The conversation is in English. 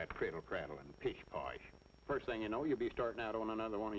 c first thing you know you'll be starting out on another one